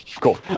cool